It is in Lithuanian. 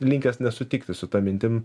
linkęs nesutikti su ta mintim